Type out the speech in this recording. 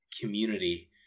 community